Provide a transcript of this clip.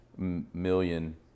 million